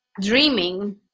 dreaming